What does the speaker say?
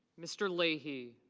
mr. lee he.